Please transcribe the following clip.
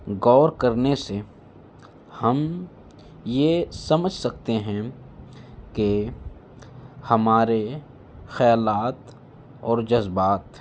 غور کرنے سے ہم یہ سمجھ سکتے ہیں کہ ہمارے خیالات اور جذبات